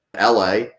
LA